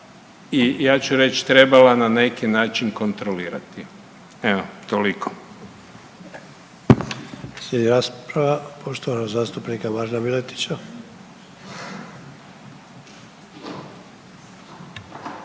i ja ću reć trebala na neki način kontrolirati. Evo toliko. **Sanader, Ante (HDZ)** Slijedi rasprava poštovanog zastupnika Marina Miletića.